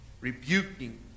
rebuking